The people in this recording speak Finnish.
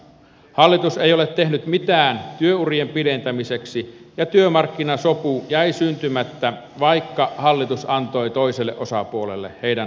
hallitus ei ole tehnyt mitään työurien pidentämiseksi ja työmarkkinasopu jäi syntymättä vaikka hallitus antoi toiselle osapuolelle heidän haluamansa